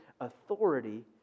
authority